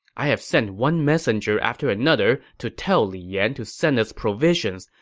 i have sent one messenger after another to tell li yan to send us provisions,